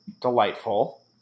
Delightful